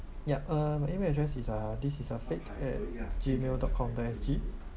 yup uh my email address is uh this is a fake at Gmail dot com dot S_G